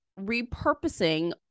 repurposing